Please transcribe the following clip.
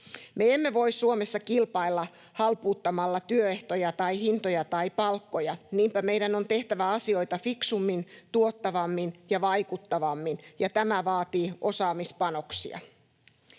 Me emme voi Suomessa kilpailla halpuuttamalla työehtoja tai hintoja tai palkkoja, niinpä meidän on tehtävä asioita fiksummin, tuottavammin ja vaikuttavammin, ja tämä vaatii osaamispanoksia.